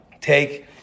take